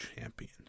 champion